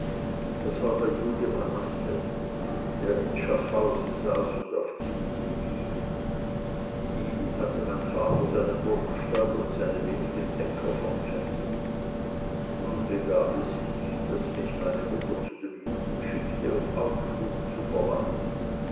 das war der jude manasse der in schaffhausen saß und auf zinsen lieh ihm hatte mein vater seinen burgstall und seine wenigen äcker verpfändet nun begab es sich daß mich meine mutter zu dem juden schickte um aufschub zu verlangen